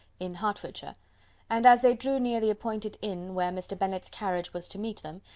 in hertfordshire and, as they drew near the appointed inn where mr. bennet's carriage was to meet them,